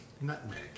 nutmeg